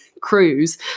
cruise